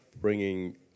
bringing